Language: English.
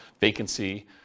vacancy